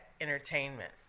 entertainment